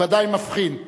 בוודאי מבחין.